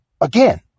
again